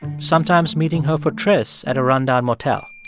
sometimes meeting her for trysts at a rundown motel.